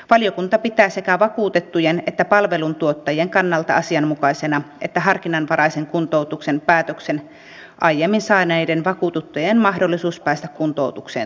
valiokunta pitää sekä vakuutettujen että palveluntuottajien kannalta asianmukaisena että harkinnanvaraisen kuntoutuksen päätöksen aiemmin saaneiden vakuutettujen mahdollisuus päästä kuntoutukseen toteutuu